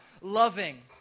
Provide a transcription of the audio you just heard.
loving